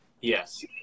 Yes